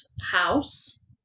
house